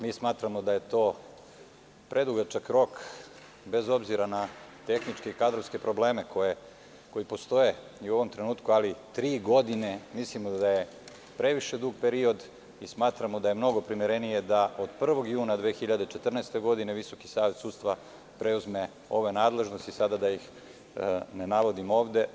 Mi smatramo da je to predugačak rok, bez obzira na tehničke i kadrovske probleme koji postoje i u ovom trenutku, ali mislimo da je tri godine previše dug period i smatramo da je mnogo primerenije da od 1. juna 2014. godine Visoki savet sudstva preuzme ove nadležnosti, da ih sada ne navodim ovde.